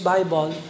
Bible